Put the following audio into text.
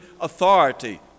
authority